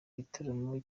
gitaramo